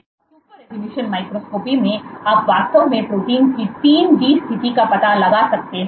और super resolution microscopy में आप वास्तव में प्रोटीन की 3 डी स्थिति का पता लगा सकते हैं